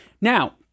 Now